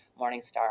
Morningstar